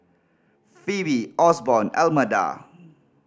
Phoebe Osborn Almeda